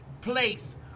place